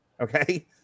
Okay